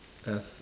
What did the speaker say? as